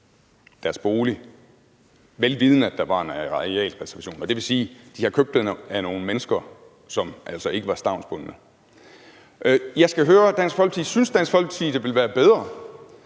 deres bolig, velvidende, at der var en arealreservation. Det vil sige, at de har købt det af nogle mennesker, som altså ikke var stavnsbundne. Jeg skal høre, om Dansk Folkeparti synes, det ville være bedre